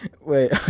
Wait